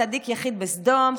צדיק יחיד בסדום,